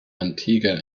antigua